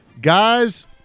Guys